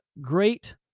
great